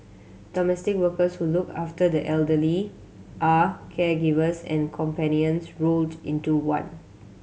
domestic workers who look after the elderly are caregivers and companions rolled into one